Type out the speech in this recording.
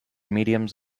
mediums